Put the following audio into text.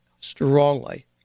strongly